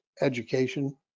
education